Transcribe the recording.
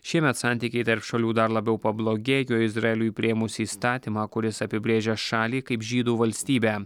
šiemet santykiai tarp šalių dar labiau pablogėjo izraeliui priėmus įstatymą kuris apibrėžia šalį kaip žydų valstybę